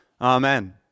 Amen